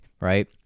right